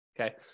Okay